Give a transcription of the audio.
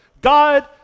God